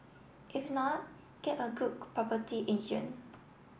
if not get a good property agent